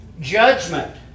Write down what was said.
Judgment